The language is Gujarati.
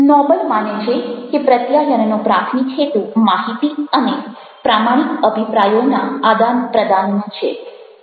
નોબલ માને છે કે પ્રત્યાયનનો પ્રાથમિક હેતુ માહિતી અને પ્રામાણિક અભિપ્રાયોના આદાન પ્રદાનનો છે